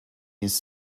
his